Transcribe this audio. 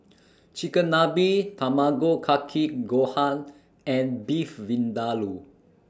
Chigenabe Tamago Kake Gohan and Beef Vindaloo